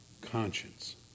conscience